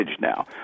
Now